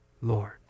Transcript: Lord